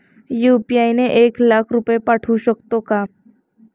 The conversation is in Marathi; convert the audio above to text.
यु.पी.आय ने एक लाख रुपये पाठवू शकतो का?